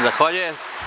Zahvaljujem.